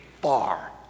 far